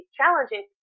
challenging